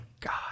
God